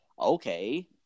okay